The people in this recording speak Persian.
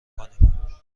کنیم